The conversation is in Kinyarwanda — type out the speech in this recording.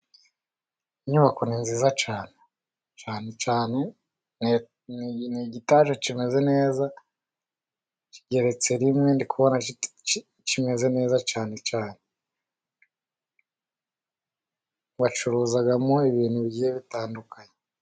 Inyubako ni nziza cyane ,cyane cyane ni etaje imeze neza igeretse rimwe ndikubona imeze neza cyane cyane, bacuruzamo ibintu bitandukanye.